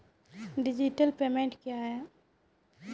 Digital payment क्या हैं?